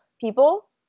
people